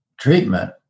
treatment